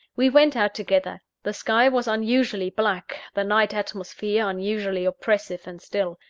we went out together. the sky was unusually black the night atmosphere unusually oppressive and still.